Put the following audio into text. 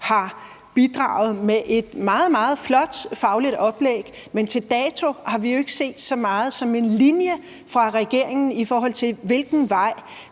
har bidraget med et meget, meget flot fagligt oplæg, men til dato har vi jo ikke set så meget som en linje fra regeringen, i forhold til hvilken vej